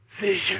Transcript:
vision